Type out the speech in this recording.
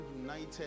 united